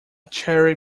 cherry